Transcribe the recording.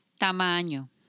Tamaño